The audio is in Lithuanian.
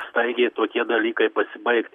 staigiai tokie dalykai pasibaigti